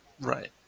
Right